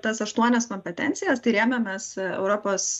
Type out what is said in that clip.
tas aštuonias kompetencijas tai rėmėmės europos